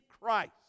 Christ